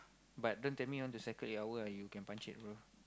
but don't tell me you want to cycle eight hour ah you can punchek bro